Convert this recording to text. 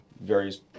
various